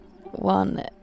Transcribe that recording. One